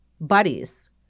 buddies